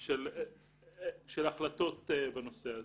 של החלטות בנושא הזה.